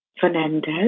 Fernandez